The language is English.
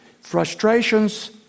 Frustrations